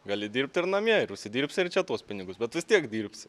gali dirbti ir namie ir užsidirbsi ir čia tuos pinigus bet vis tiek dirbsi